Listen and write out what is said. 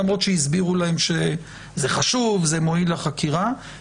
למרות שהסבירו להם שזה חשוב וזה מועיל לחקירה,